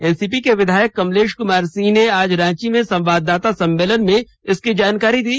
NCP के विधायक कमलेश कुमार सिंह ने आज रांची में संवाददाता सम्मेलन में इसकी जानकारी दी